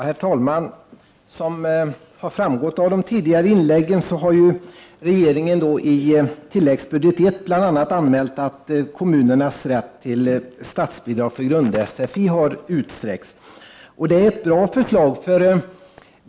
Herr talman! Som har framgått av de tidigare inläggen har regeringen i tilläggsbudget I bl.a. anmält att kommunernas rätt till statsbidrag för grundsfi har utsträckts. Det är ett bra förslag.